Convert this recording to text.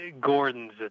Gordon's